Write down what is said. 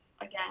again